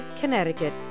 Connecticut